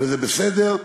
וזה בסדר.